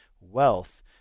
wealth